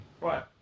Right